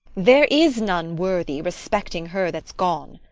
there is none worthy, respecting her that's gone.